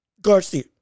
Garcia